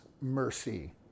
mercy